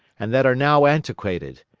and that are now antiquated.